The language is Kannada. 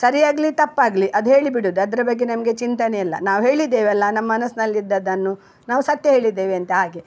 ಸರಿಯಾಗಲಿ ತಪ್ಪಾಗಲಿ ಅದು ಹೇಳಿ ಬಿಡುದು ಅದರ ಬಗ್ಗೆ ನಮಗೆ ಚಿಂತೆನೇ ಇಲ್ಲ ನಾವು ಹೇಳಿದ್ದೇವಲ್ಲ ನಮ್ಮ ಮನಸ್ಸಿನಲ್ಲಿದ್ದದನ್ನು ನಾವು ಸತ್ಯ ಹೇಳಿದ್ದೇವೆ ಅಂತ ಹಾಗೆ